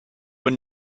were